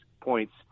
points